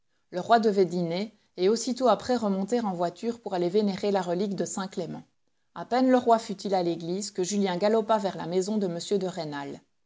le roi devait dîner et aussitôt après remonter en voiture pour aller vénérer la relique de saint clément a peine le roi fut-il à l'église que julien galopa vers la maison de m de rênal